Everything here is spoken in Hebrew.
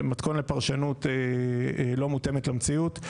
זה מתכון לפרשנות לא מותאמת למציאות.